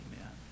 Amen